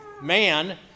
man